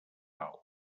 dalt